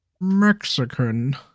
Mexican